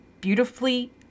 beautifully